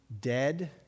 dead